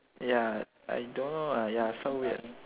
ya I don't know ah ya so weird